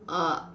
err